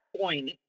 point